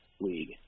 league